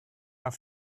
are